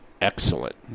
excellent